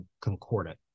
concordant